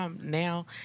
Now